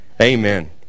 Amen